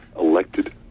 elected